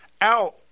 out